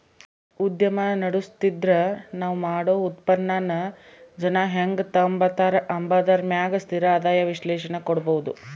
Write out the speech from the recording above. ಉದ್ಯಮ ನಡುಸ್ತಿದ್ರ ನಾವ್ ಮಾಡೋ ಉತ್ಪನ್ನಾನ ಜನ ಹೆಂಗ್ ತಾಂಬತಾರ ಅಂಬಾದರ ಮ್ಯಾಗ ಸ್ಥಿರ ಆದಾಯ ವಿಶ್ಲೇಷಣೆ ಕೊಡ್ಬೋದು